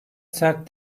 sert